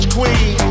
Queen